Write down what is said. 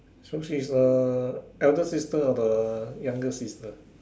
so she is the eldest sister or the younger sister